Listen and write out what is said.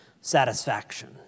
satisfaction